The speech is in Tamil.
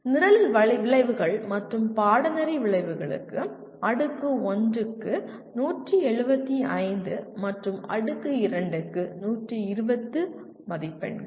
நிரல் விளைவுகள் மற்றும் பாடநெறி விளைவுகளுக்கு அடுக்கு 1 க்கு 175 மற்றும் அடுக்கு 2 க்கு 120 மதிப்பெண்கள்